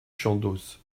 chandos